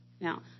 Now